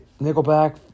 nickelback